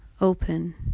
Open